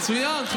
מצוין.